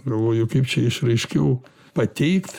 galvoju kaip čia išraiškiau pateikt